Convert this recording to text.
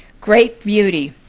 great beauty.